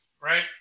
Right